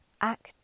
act